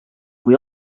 kui